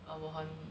uh 我很